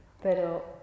Pero